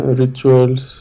rituals